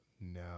No